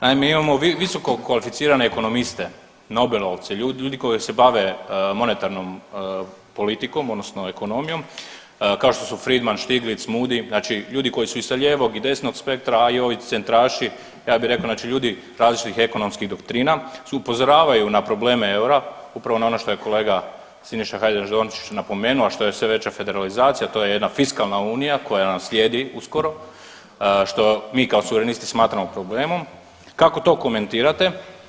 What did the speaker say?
Naime, imamo visokokvalificirane ekonomiste nobelovce, ljudi koji se bave monetarnom politikom odnosno ekonomijom kao što su Friedman, Stiglitz, Moody ljudi koji su i sa lijevog i sa desnog spektra, a i ovi centraši ja bih rekao ljudi različitih ekonomskih doktrina upozoravaju na probleme eura, upravo na ono što je kolega Siniša Hajdaš Dončić napomenuo, a što je sve veća federalizacija to je jedna fiskalna unija koja nam slijedi uskoro, što mi kao suverenisti smatramo probleme, kako to komentirate?